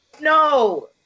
no